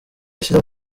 ashyira